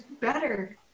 better